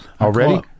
Already